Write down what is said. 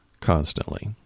constantly